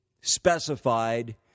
specified